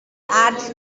ads